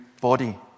body